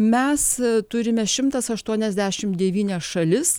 mes turime šimtas aštuoniasdešimt devynias šalis